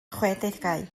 chwedegau